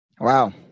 Wow